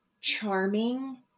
charming